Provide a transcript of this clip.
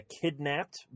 kidnapped